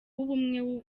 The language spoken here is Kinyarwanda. w’ubumwe